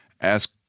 Ask